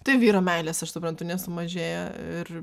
tai vyro meilės aš suprantu nesumažėjo ir